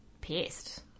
pissed